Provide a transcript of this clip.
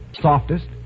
softest